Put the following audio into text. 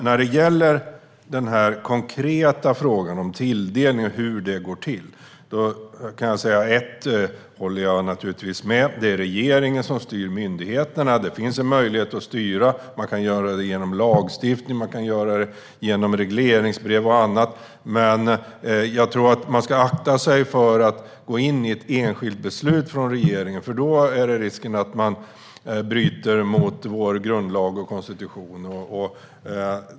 När det gäller den konkreta frågan om tilldelning och hur det går till kan jag hålla med om att det är regeringen som styr myndigheterna. Det finns en möjlighet att styra. Man kan göra det genom lagstiftning, genom regleringsbrev och på andra sätt. Men jag tror att regeringen ska akta sig för att gå in i ett enskilt beslut, för då finns en risk att den bryter mot grundlag och konstitution.